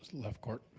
lefcourt.